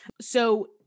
So-